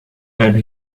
and